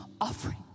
offering